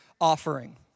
offering